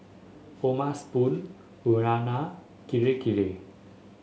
O'ma Spoon Urana Kirei Kirei